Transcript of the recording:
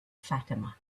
fatima